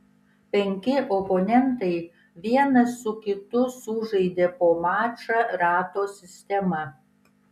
penki oponentai vienas su kitu sužaidė po mačą rato sistema